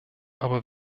aber